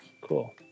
cool